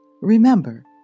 Remember